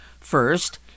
First